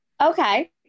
Okay